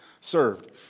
served